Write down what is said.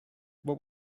what